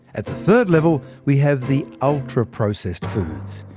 at the third level we have the ultraprocessed foods.